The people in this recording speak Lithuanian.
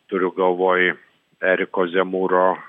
turiu galvoj eriko ze mūro